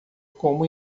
como